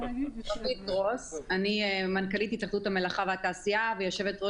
אני מנכ"לית התאחדות המלאכה והתעשייה ויושבת-ראש